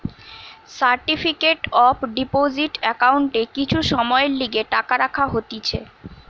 certificate of deposit একাউন্টে কিছু সময়ের লিগে টাকা রাখা হতিছে